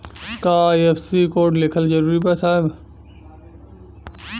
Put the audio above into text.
का IFSC code लिखल जरूरी बा साहब?